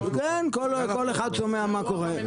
כן, כל אחד שומע מה קורה.